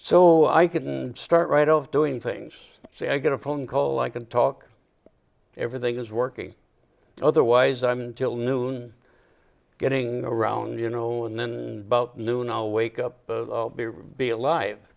so i can start right off doing things so i get a phone call i can talk everything is working otherwise i'm till noon getting around you know and then about noon all wake up be alive